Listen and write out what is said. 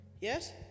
yes